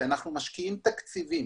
אנחנו משקיעים תקציבים,